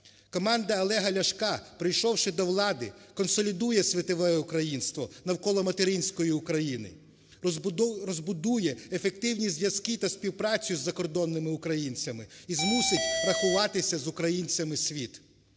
Команда Олега Ляшка, прийшовши до влади, консолідує світове українство навколо материнської України, розбудує ефективні зв'язки та співпрацю із закордонними українцями і змусить рахуватися з українцями світ.